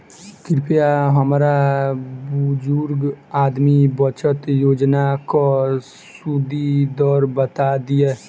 कृपया हमरा बुजुर्ग आदमी बचत योजनाक सुदि दर बता दियऽ